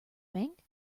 bank